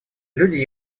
люди